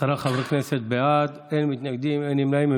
עשרה חברי כנסת בעד, אין מתנגדים, אין נמנעים.